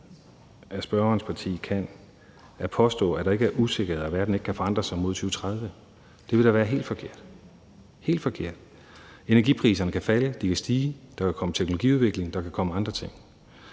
at spørgerens parti kan – at der ikke er usikkerheder, og at verden kan ikke kan forandre sig frem mod 2030, vil da være helt forkert – helt forkert. Energipriserne kan falde, de kan stige, der kan komme teknologiudvikling, og der kan komme andre ting.